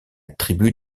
tribu